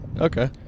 Okay